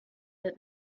that